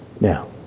Now